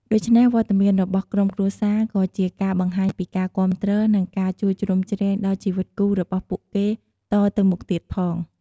ដូច្នេះ វត្តមានរបស់ក្រុមគ្រួសារក៏ជាការបង្ហាញពីការគាំទ្រ និងការជួយជ្រោមជ្រែង ដល់ជីវិតគូរបស់ពួកគេតទៅមុខទៀតផង។